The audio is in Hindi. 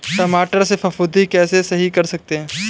टमाटर से फफूंदी कैसे सही कर सकते हैं?